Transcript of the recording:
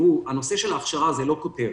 הנושא של האכשרה זה לא כותרת.